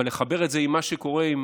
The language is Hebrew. אבל לחבר את זה עם מה שקורה עם